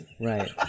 right